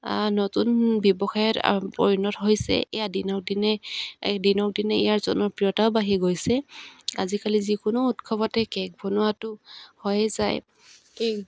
নতুন ব্যৱসায়ত পৰিণত হৈছে ইয়াৰ দিনক দিনে দিনক দিনে ইয়াৰ জনপ্ৰিয়তাও বাঢ়ি গৈছে আজিকালি যিকোনো উৎসৱতে কেক বনোৱাটো হৈয়ে যায় কেক